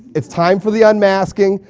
it's time for the unmasking.